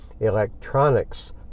electronics